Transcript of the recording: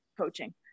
coaching